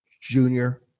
junior